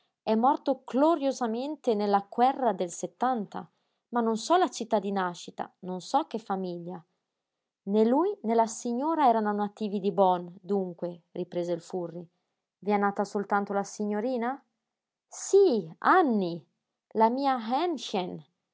è morto cloriosamente nella cuerra del settanta ma non so la città di nascita non so che famiglia né lui né la signora erano nativi di bonn dunque riprese il urri i è nata soltanto la signorina sí anny la mia